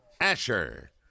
Asher